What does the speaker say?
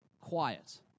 quiet